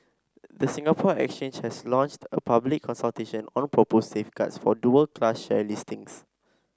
the Singapore Exchange has launched a public consultation on proposed safeguards for dual class share listings